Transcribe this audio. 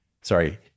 sorry